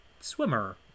swimmer